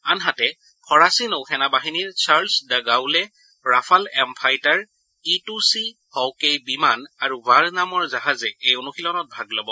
আনহাতে ফৰাচী নৌসেনা বাহিনীৰ Charles de Gaulle Rafale M fighter E two C Hawkeye বিমান আৰু ভাৰ নামৰ জাহাজে এই অনুশীলনত ভাগ ল'ব